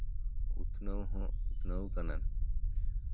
ᱩᱛᱱᱟᱹᱣ ᱦᱚᱸ ᱩᱛᱱᱟᱹᱣ ᱠᱟᱱᱟ